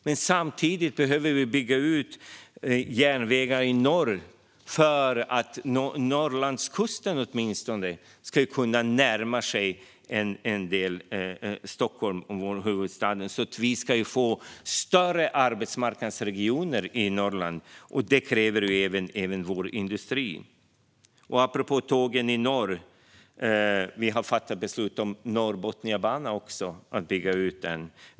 Men samtidigt behöver vi bygga ut järnvägar i norr för att åtminstone Norrlandskusten ska kunna närma sig huvudstaden Stockholm. På så sätt kan vi få större arbetsmarknadsregioner i Norrland; det kräver även vår industri. Apropå tågen i norr har vi också fattat beslut om att bygga ut Norrbotniabanan.